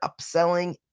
upselling